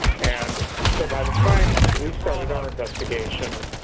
and so, by the time we started our investigation,